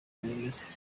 bameze